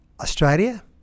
Australia